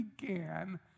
began